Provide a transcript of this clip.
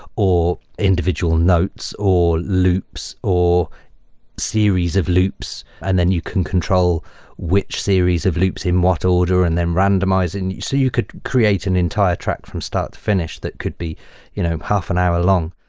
or individual notes, or loops, or series of loops, and then you can control which series of loops in what order and then randomizing. so you could create an entire track from start to finish that could be you know half an hour long.